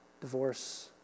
divorce